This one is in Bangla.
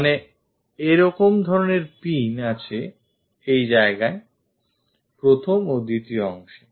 মানে এরকম ধরনের pin সেখানে আছে প্রথম ও দ্বিতীয় অংশে